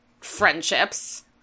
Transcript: friendships